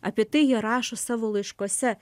apie tai jie rašo savo laiškuose